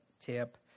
tip